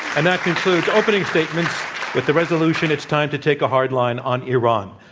and that concludes opening statements with the resolution, it's time to take a hard line on iran,